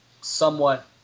somewhat